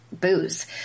booze